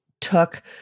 took